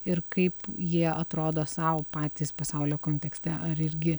ir kaip jie atrodo sau patys pasaulio kontekste ar irgi